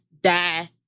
die